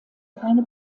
keine